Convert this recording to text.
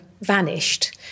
vanished